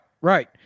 right